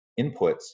inputs